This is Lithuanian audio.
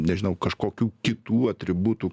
nežinau kažkokių kitų atributų